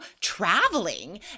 traveling